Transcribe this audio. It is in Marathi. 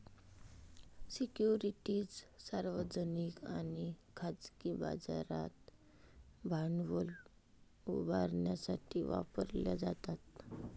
सिक्युरिटीज सार्वजनिक आणि खाजगी बाजारात भांडवल उभारण्यासाठी वापरल्या जातात